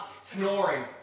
snoring